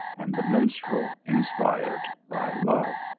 and the minstrel inspired by love.